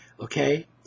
Okay